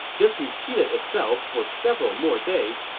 this repeated itself for several more days,